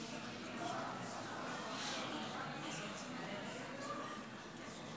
הרשות לפיתוח הנגב (תיקון, הגדרת הנגב),